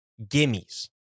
Gimmies